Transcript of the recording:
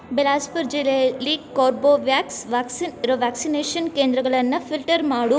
ಬಿಲಾಸ್ಪುರ ಜಿಲ್ಲೆಯಲ್ಲಿ Corbevax vaccine ಇರೋ vaccination ಕೇಂದ್ರಗಳನ್ನ ಫಿಲ್ಟರ್ ಮಾಡು